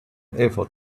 eiffel